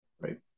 Right